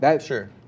Sure